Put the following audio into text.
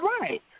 right